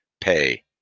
pay